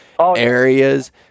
areas